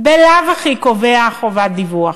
קובע חובת דיווח.